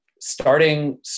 starting